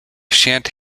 shan’t